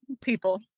people